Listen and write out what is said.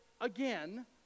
again